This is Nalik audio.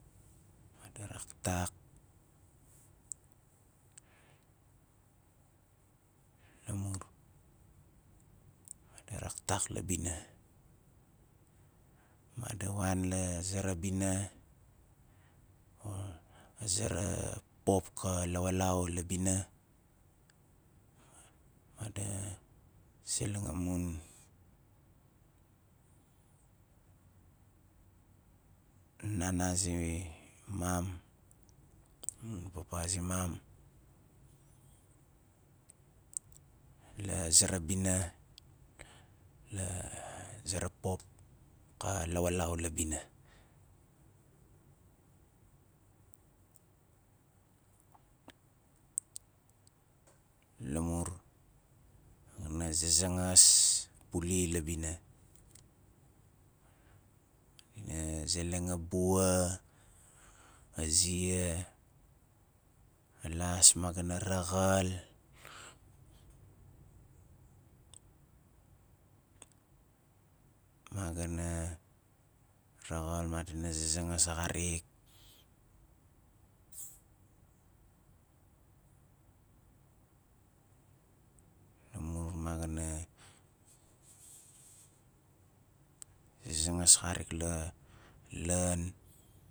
Madi raktak lamur madi raktak la bina madi wan la zera bina ma- ma zera pop ka lawalau la bina made seleng amun nana zimam ma mun papa zimam la zera bina la zera pop ka lawalau la bina lamur zazangas pull la bina madina zeleng a buai, a zia, a las ma ga na raxal ma ga na raxal madina zazangas xarik lamur ma ga na zangas xarik la ian